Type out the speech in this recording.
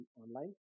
online